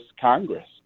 Congress